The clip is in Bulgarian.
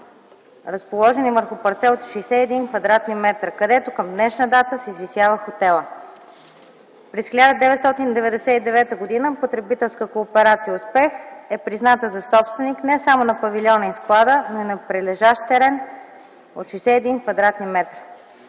разположени върху парцел от 61 кв.м, където към днешна дата се извисява хотелът. През 1999 г. Потребителска кооперация „Успех” е призната за собственик не само на павилиона и склада, а на прилежащ терен от 61 кв.м.